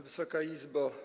Wysoka Izbo!